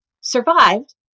survived